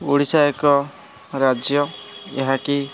ଓଡ଼ିଶା ଏକ ରାଜ୍ୟ ଏହାକି